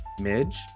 Midge